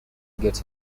get